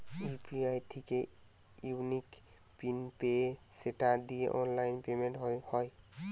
UPI থিকে unique pin পেয়ে সেটা দিয়ে অনলাইন পেমেন্ট হয়